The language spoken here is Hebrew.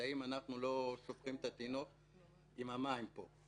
האם אנחנו לא שופכים את המים עם התינוק פה.